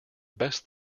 best